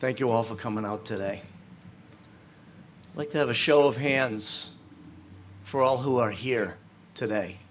thank you all for coming out today like to have a show of hands for all who are here today